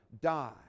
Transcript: die